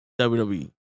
WWE